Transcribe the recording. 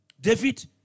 David